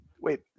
Wait